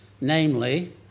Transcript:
namely